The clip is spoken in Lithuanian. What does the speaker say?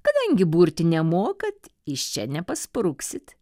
kadangi burti nemokat iš čia nepaspruksit